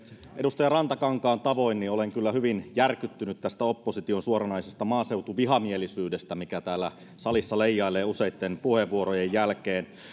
edustaja rantakankaan tavoin olen kyllä hyvin järkyttynyt tästä opposition suoranaisesta maaseutuvihamielisyydestä mikä täällä salissa leijailee useitten puheenvuorojen jälkeen